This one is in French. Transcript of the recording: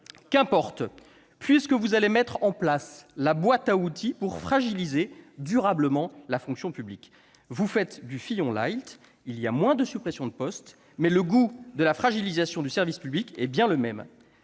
Qu'importe, puisque vous allez mettre en place la boîte à outils pour fragiliser durablement la fonction publique. Vous faites du « Fillon light »: il y a moins de suppressions de postes, mais le goût de la fragilisation du service public est bien le même.